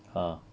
ah